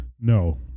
no